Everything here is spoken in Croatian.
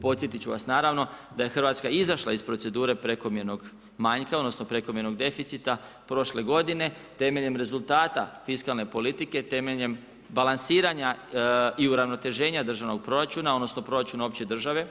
Podsjetit ću vas naravno da je Hrvatska izašla iz procedure prekomjernog manjka odnosno prekomjernog deficita prošle godine temeljem rezultata fiskalne politike, temeljem balansiranja i uravnoteženja državnog proračuna odnosno proračuna opće države.